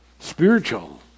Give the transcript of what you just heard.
spiritual